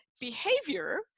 behavior